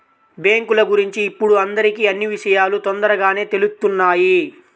బ్యేంకుల గురించి ఇప్పుడు అందరికీ అన్నీ విషయాలూ తొందరగానే తెలుత్తున్నాయి